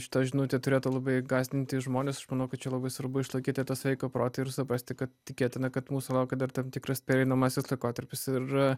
šita žinutė turėtų labai gąsdinti žmones aš manau kad čia labai svarbu išlaikyti tą sveiką protą ir suprasti kad tikėtina kad mūsų laukia dar tam tikras pereinamasis laikotarpis ir